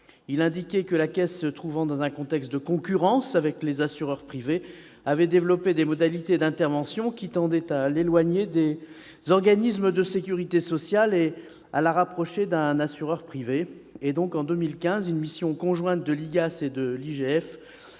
Il indiquait que la Caisse, se trouvant dans un contexte de concurrence avec les assureurs privés, avait développé des modalités d'intervention qui tendaient à l'éloigner des organismes de sécurité sociale et à la rapprocher d'un assureur privé. En 2015, une mission conjointe de l'IGAS et de l'IGF